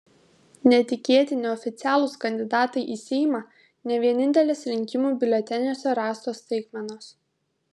netikėti neoficialūs kandidatai į seimą ne vienintelės rinkimų biuleteniuose rastos staigmenos